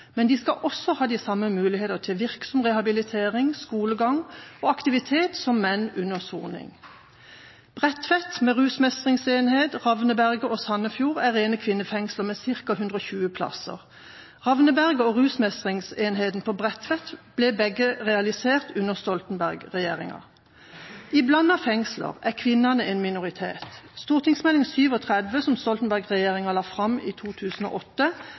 Men de skal også ha de samme mulighetene til virksom rehabilitering, skolegang og aktivitet som menn under soning. Bredtveit, med rusmestringsenhet, Ravneberget og Sandefjord er rene kvinnefengsler med ca. 120 plasser. Ravneberget og rusmestringsenheten på Bredtveit ble begge realisert under Stoltenberg-regjeringa. I blandede fengsler er kvinnene en minoritet. Meld. St. 37 for 2007–2008, som Stoltenberg-regjeringa la fram i 2008,